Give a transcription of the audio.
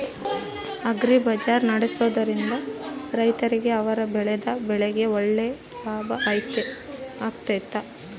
Agri ಬಜಾರ್ ನಡೆಸ್ದೊರಿಂದ ರೈತರಿಗೆ ಅವರು ಬೆಳೆದ ಬೆಳೆಗೆ ಒಳ್ಳೆ ಲಾಭ ಆಗ್ತೈತಾ?